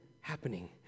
happening